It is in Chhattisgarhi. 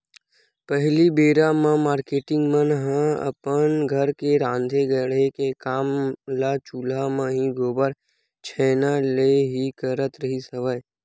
पहिली बेरा म मारकेटिंग मन ह अपन घर के राँधे गढ़े के काम ल चूल्हा म ही, गोबर छैना ले ही करत रिहिस हवय